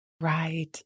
Right